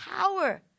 power